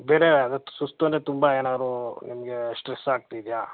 ಬೇರೆ ಅದಕ್ಕೆ ಸುಸ್ತು ಅಂದರೆ ತುಂಬ ಏನಾದ್ರೂ ನಿಮ್ಗೆ ಸ್ಟ್ರೆಸ್ ಆಗ್ತಿದೆಯಾ